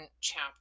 chapter